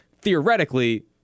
theoretically